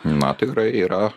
na tikrai yra